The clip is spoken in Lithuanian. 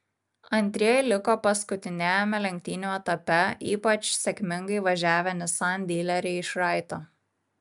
antrieji liko paskutiniajame lenktynių etape ypač sėkmingai važiavę nissan dileriai iš raito